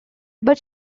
but